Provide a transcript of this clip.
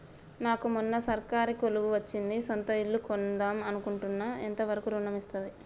నాకు మొన్న సర్కారీ కొలువు వచ్చింది సొంత ఇల్లు కొన్దాం అనుకుంటున్నా ఎంత వరకు ఋణం వస్తది?